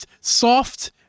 soft